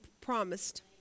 promised